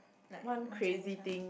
like my Chinese one